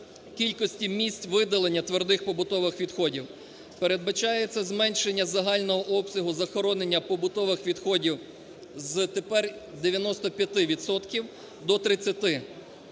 кількості місць видалення твердих побутових відходів. Передбачається зменшення загального обсягу захоронення побутових відходів з тепер 95